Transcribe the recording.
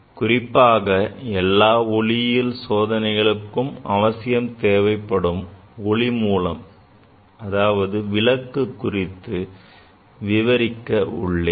குறிப்பாக எல்லா ஒளியியல் சோதனைகளுக்கும் அவசியமாக தேவைப்படும் ஒளி மூலம் விளக்கு குறித்து விவரிக்க உள்ளேன்